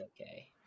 okay